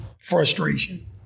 frustration